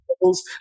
levels